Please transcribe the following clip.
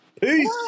Peace